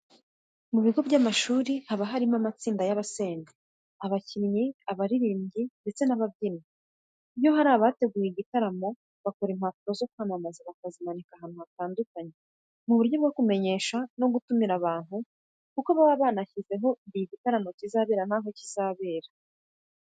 Mu bigo by'amashuri haba harimo amatsinda y'abasenga, abakinnyi, abaririmbyi ndetse n'ababyinnyi. Iyo hari abateguye igitaramo bakora impapuro zo kwamamaza bakazimanika ahantu hatandukanye mu buryo kumenyesha no gutumira abantu kuko baba banashyizeho igihe igitaramo kizabera n'aho kizabera.